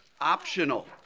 optional